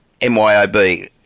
MYOB